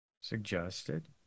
suggested